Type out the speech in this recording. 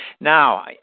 Now